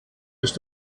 ist